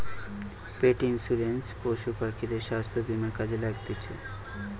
পেট insurance পশু পাখিদের স্বাস্থ্য বীমা কাজে লাগতিছে